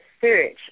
search